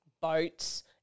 boats